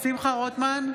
שמחה רוטמן,